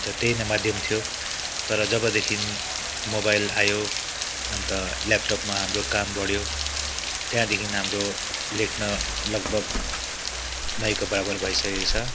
अन्त त्यही नै माध्यम थियो तर जबदेखि मोबाइल आयो अन्त ल्यापटपमा हाम्रो काम बढ्यो त्यहाँदेखि हाम्रो लेख्न लगभग नाईको बराबर भइसकेको छ